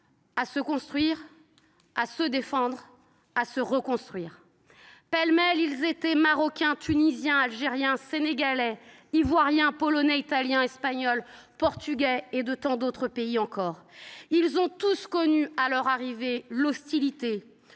à se construire, à se défendre et à se reconstruire. Pêle mêle, ils étaient marocains, tunisiens, algériens, sénégalais, ivoiriens, polonais, italiens, espagnols, portugais et de tant d’autres pays encore. Ils ont tous connu à leur arrivée l’hostilité